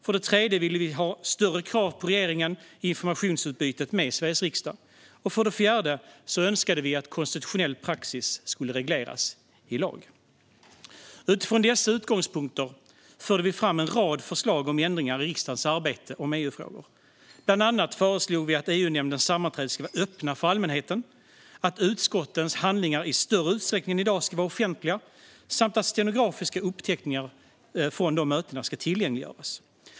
För det tredje ville vi se större krav på regeringen i informationsutbytet med Sveriges riksdag, och för det fjärde önskade vi att konstitutionell praxis ska regleras i lag. Utifrån dessa utgångspunkter förde vi fram en rad förslag om ändringar i riksdagens arbete med EU-frågor. Bland annat föreslog vi att EU-nämndens sammanträden skulle vara öppna för allmänheten, att utskottens handlingar i större utsträckning än i dag skulle vara offentliga och att stenografiska uppteckningar från nämndens sammanträden skulle tillgängliggöras.